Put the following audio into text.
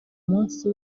munsi